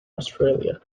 australia